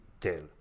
tell